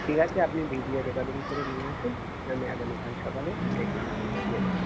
ঠিক আছে আপনি ভিডিও রেকর্ডিং করে নিয়ে আসুন আমি আগামীকাল সকালে ব্রেকিং নিউজ দিয়ে দেবো